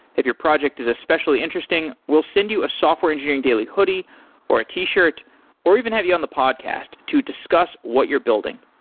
if your project is especially interesting, we'll send you a software engineering daily hoodie or a t-shirt or even have you on the podcast to discuss what you're building.